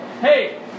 Hey